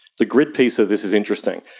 the grid piece of this is interesting.